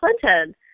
Clinton